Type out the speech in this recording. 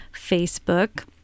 Facebook